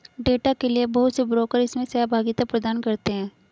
data के लिये बहुत से ब्रोकर इसमें सहभागिता प्रदान करते हैं